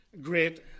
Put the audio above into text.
great